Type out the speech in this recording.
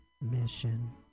mission